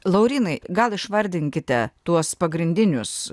laurynai gal išvardinkite tuos pagrindinius